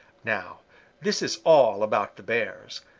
now this is all about the bears,